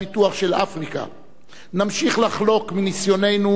נמשיך לחלוק מניסיוננו ומומחיותנו עם